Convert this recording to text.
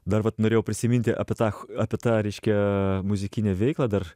dar vat norėjau prisiminti apie tą apie tą reiškia muzikinę veiklą dar